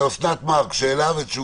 אוסנת מארק, שאלה אחת.